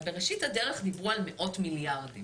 הרי בראשית הדרך דיברו על מאות מיליארדים